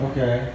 Okay